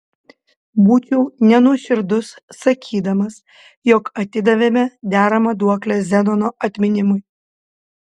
būčiau nenuoširdus sakydamas jog atidavėme deramą duoklę zenono atminimui